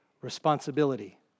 responsibility